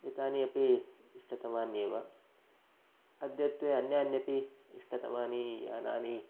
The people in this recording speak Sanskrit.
एतानि अपि इष्टतमान्येव अद्यत्वे अन्यान्यपि इष्टतमानि यानानि